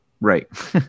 Right